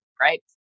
right